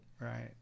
right